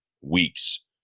weeks